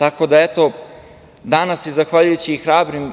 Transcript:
miliona evra. Danas zahvaljujući hrabrim